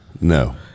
No